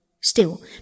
Still